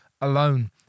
alone